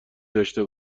داشته